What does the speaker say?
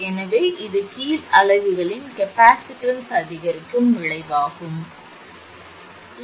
எனவே இது கீழ் அலகுகளின் கெப்பாசிட்டன்ஸ் அதிகரிக்கும் விளைவைக் கொண்டுள்ளது